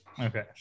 Okay